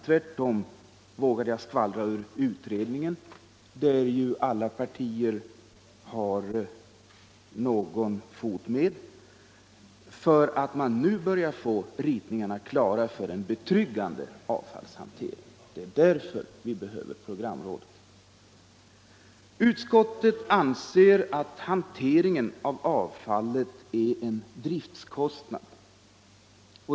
Tvärtom — det vågar jag skvallra ur utredningen, där alla partier har någon fot med — börjar man nu få ritningarna klara för en betryggande avfallshantering. Därför behövs programrådet. Utskottet anser att hanteringen av avfallet är en fråga om driftkostnad.